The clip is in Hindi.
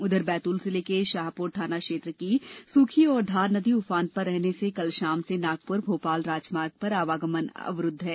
उधर बैतूल जिले के शाहपुर थाना क्षेत्र की सुखी और धार नदी उफान पर रहने से कल शाम से नागपुर भोपाल राजमार्ग पर आवागमन अवरूद्ध है